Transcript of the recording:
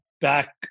Back